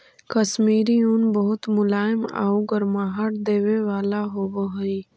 कश्मीरी ऊन बहुत मुलायम आउ गर्माहट देवे वाला होवऽ हइ